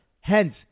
Hence